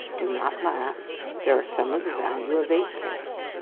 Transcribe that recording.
do not laugh there are some of the value of eightpence.